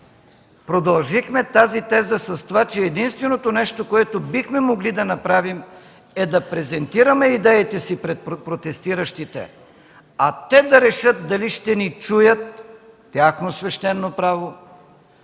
продължихме тази теза с това, че единственото нещо, което бихме могли да направим, е да презентираме идеите си пред протестиращите, а те да решат дали ще ни чуят – тяхно свещено право,